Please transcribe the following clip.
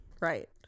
right